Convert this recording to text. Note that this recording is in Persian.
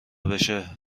بشه